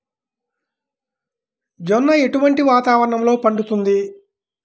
జొన్న ఎటువంటి వాతావరణంలో పండుతుంది?